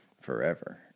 forever